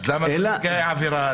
אז למה לא נפגעי עבירה?